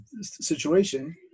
situation